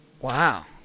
Wow